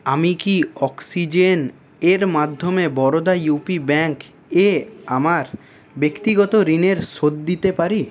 আমি কি অক্সিজেনের মাধ্যমে বরোদা ইউ পি ব্যাংকে আমার ব্যক্তিগত ঋণের শোধ দিতে পারি